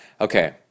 Okay